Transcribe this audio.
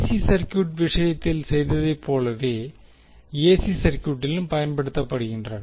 C circuit விஷயத்தில் செய்ததைப் போலவே ஏசி சர்கியூட்டிலும் பயன்படுத்தப்படுகின்றன